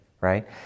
right